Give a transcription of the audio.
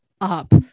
up